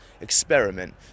experiment